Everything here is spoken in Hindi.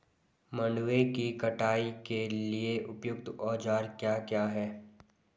मंडवे की कटाई के लिए उपयुक्त औज़ार क्या क्या हैं?